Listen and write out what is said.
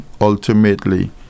ultimately